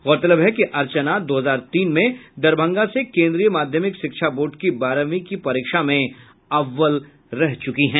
गौरतलब है कि अर्चना दो हजार तीन में दरभंगा से केन्द्रीय माध्यमिक शिक्षा बोर्ड की बारहवीं की परीक्षा में अव्वल रह चुकी हैं